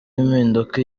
impinduka